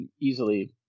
easily